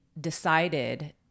decided